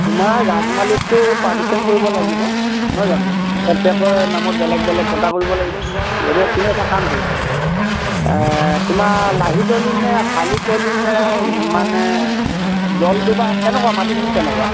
তোমাৰ ৰাজামালিতটো পাৰ্টিচন কৰিব লাগিব নহয় জানো প্ৰত্যেকৰে নামত বেলেগ বেলেগ পটা কৰিব লাগিব গতিকে তুমি এটা কাম কৰিবা তোমাৰ লাহীতলি নে শালিতলিনে মানে জলডোবা কেনেকুৱা মাটিখিনি কেনেকুৱা